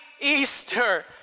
Easter